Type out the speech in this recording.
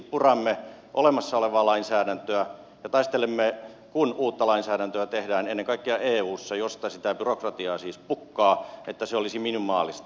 puramme olemassa olevaa lainsäädäntöä ja taistelemme kun uutta lainsäädäntöä tehdään ennen kaikkea eussa josta sitä byrokratiaa siis pukkaa että se olisi minimaalista